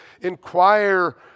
inquire